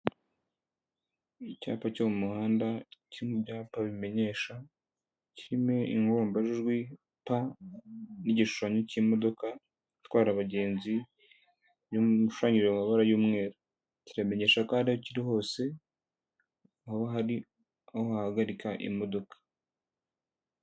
Icyapa cyo mu muhanda kiri mu byapa bimenyesha kirimo ingombajwi p n'igishushanyo cy'imodoka itwara abagenzi gishushanyije mu mabara y'umweru kiramenyesha ko aho kiri hose aho hari aho wahagarika imodoka.